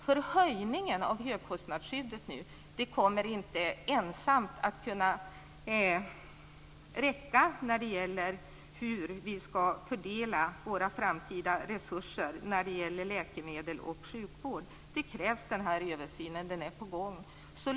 Förändringen av högkostnadsskyddet nu kommer inte ensamt att kunna räcka till vid fördelningen av framtida resurser till läkemedel och sjukvård. Den här översynen krävs, och den är på gång.